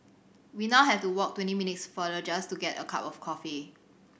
we now have to walk twenty minutes farther just to get a cup of coffee